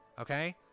Okay